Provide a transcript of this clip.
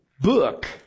book